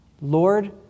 Lord